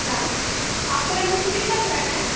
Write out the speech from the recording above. branch आपका computer कितना पुराना है